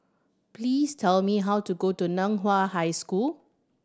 please tell me how to go to Nan Hua High School